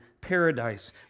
paradise